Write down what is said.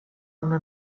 una